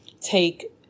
take